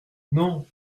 non